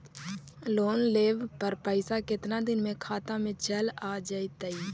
Loan लेब पर पैसा कितना दिन में खाता में चल आ जैताई?